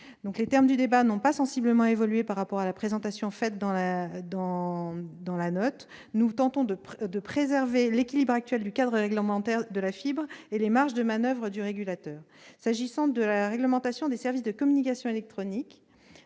Les termes du débat n'ont pas sensiblement évolué par rapport à la présentation faite dans la note. Nous tentons de préserver l'équilibre actuel du cadre réglementaire de la fibre et les marges de manoeuvre du régulateur. En ce qui concerne la réglementation des services de communications électroniques,